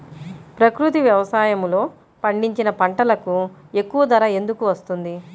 ప్రకృతి వ్యవసాయములో పండించిన పంటలకు ఎక్కువ ధర ఎందుకు వస్తుంది?